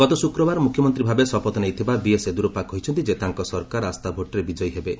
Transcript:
ଗତ ଶୁକ୍ରବାର ମୁଖ୍ୟମନ୍ତ୍ରୀ ଭାବେ ଶପଥ ନେଇଥିବା ବିଏସ୍ ୟେଦୁରସ୍କା କହିଛନ୍ତି ଯେ ତାଙ୍କ ସରକାର ଆସ୍ଥାଭୋଟ୍ରେ ବିଜୟୀ ହେବେ